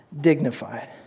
dignified